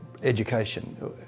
education